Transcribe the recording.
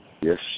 Yes